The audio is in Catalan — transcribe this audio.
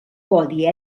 codi